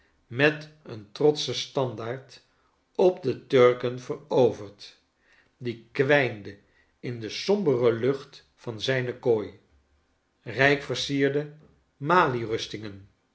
met een trotschen standaard op de turken veroverd die kwijnde in de sombere lucht van zrjne kooi rijk versierde